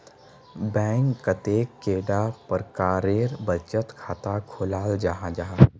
Bank कतेक कैडा प्रकारेर बचत खाता खोलाल जाहा जाहा?